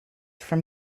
from